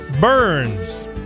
Burns